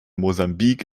mosambik